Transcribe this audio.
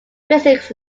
physics